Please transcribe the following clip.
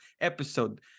episode